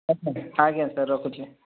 ଆଜ୍ଞା ଆଜ୍ଞା ସାର୍ ରଖୁଛି